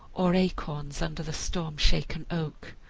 or acorns under the storm-shaken oak.